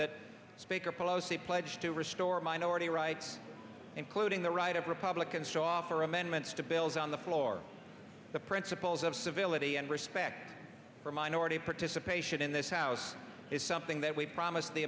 that speaker pelosi pledged to restore minority rights including the right of republicans to offer amendments to bills on the floor the principles of civility and respect for minority participation in this house is something that we promised the